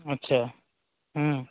अच्छा हँ